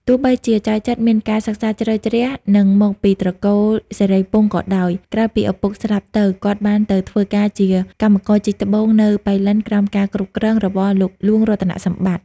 ទោះបីជាចៅចិត្រមានការសិក្សាជ្រៅជ្រះ និងមកពីត្រកូលសិរីពង្សក៏ដោយ ក្រោយពីឪពុកស្លាប់ទៅ គាត់បានទៅធ្វើការជាកម្មករជីកត្បូងនៅប៉ៃលិនក្រោមការគ្រប់គ្រងរបស់លោកហ្លួងរតនសម្បត្តិ។